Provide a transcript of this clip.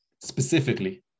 specifically